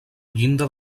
llinda